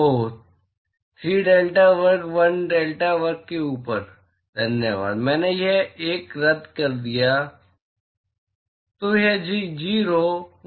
ओह 3 delta वर्ग 1 delta वर्ग के ऊपर धन्यवाद मैंने यह 3 रद्द कर दिया धन्यवाद